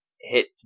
hit